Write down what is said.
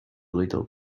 little